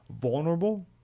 vulnerable